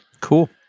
Cool